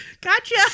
gotcha